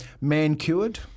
man-cured